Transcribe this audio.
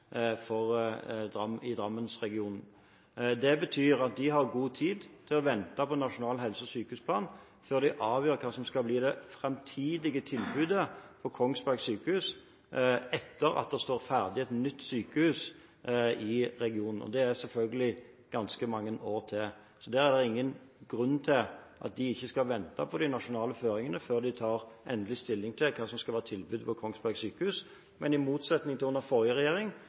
i Drammensregionen. Det betyr at de har god tid til å vente på nasjonal helse- og sykehusplan før de avgjør hva som skal bli det framtidige tilbudet for Kongsberg sykehus, etter at det står ferdig et nytt sykehus i regionen, og det er selvfølgelig ganske mange år til. Der er det ingen grunn til at de ikke skal vente på de nasjonale føringene før de tar endelig stilling til hva som skal være tilbudet på Kongsberg sykehus, men i motsetning til under forrige regjering,